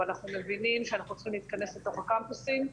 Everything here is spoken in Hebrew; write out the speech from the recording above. אבל אנחנו מבינים שאנחנו צריכים להתכנס לתוך הקמפוסים,